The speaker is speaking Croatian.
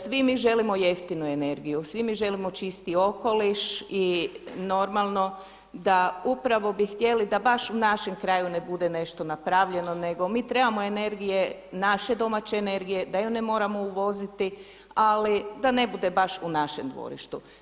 Svi mi želimo jeftinu energiju, svi mi želimo čisti okoliš i normalno da upravo bi htjeli da baš u našem kraju ne bude nešto napravljeno nego mi trebamo energije, naše domaće energije da ju ne moramo uvoziti ali da ne bude baš u našem dvorištu.